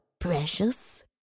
Precious